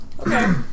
Okay